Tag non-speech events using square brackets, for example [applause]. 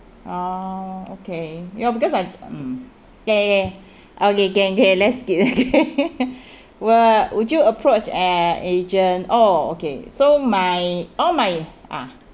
orh okay ya because I mm ya ya okay can can let's skip okay [laughs] w~ would you approach a agent oh okay so my all my ah